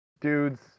dudes